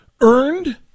earned